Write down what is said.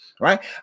Right